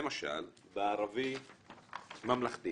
למשל, בערבי-ממלכתי